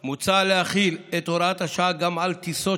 על כך מוצע להחיל את הוראת השעה על טיסות